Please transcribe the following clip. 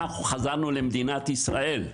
אנחנו חזרנו למדינת ישראל.